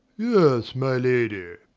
yes, my lady.